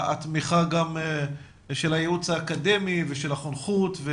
התמיכה של הייעוץ האקדמי ושל החונכות.